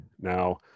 now